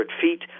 feet